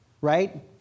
right